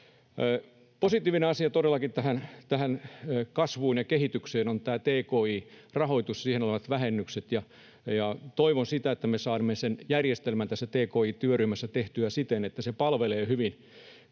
Positiivinen asia todellakin kasvuun ja kehitykseen on tki-rahoitus ja siihen olevat vähennykset, ja toivon, että me saamme sen järjestelmän tki-työryhmässä tehtyä siten, että se palvelee hyvin